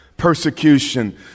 persecution